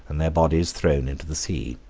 and their bodies thrown into the sea.